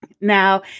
Now